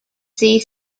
see